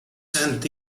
sent